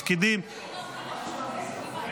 ביטול משרד המודיעין ושינוי בחלוקת התפקידים בממשלה.